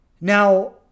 Now